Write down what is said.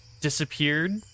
disappeared